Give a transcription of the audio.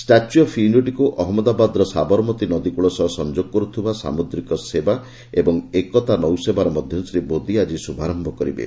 statue of ୟୁନିଟିକୁ ଅହମ୍ମଦାବାଦର ସାବରମତୀ ନଦୀ କୂଳ ସହ ସଂଯୋଗ କରୁଥିବା ସାମୁଦ୍ରିକ ସେବା ଏବଂ ଏକତା ନୌସେବାର ମଧ୍ୟ ଶ୍ରୀ ମୋଦୀ ଆକି ଶୁଭାରମ୍ଭ କରିବେ